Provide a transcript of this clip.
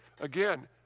again